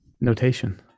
Notation